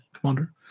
commander